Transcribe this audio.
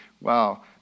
wow